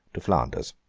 to flanders.